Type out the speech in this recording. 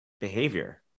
behavior